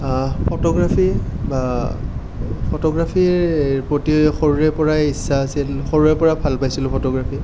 photography বা ফটোগ্ৰাফীৰ প্ৰতি সৰুৰে পৰাই ইচ্ছা আছিল সৰুৰে পৰা ভাল পাইছিলোঁ ফটোগ্ৰাফী